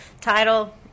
title